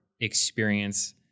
experience